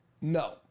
No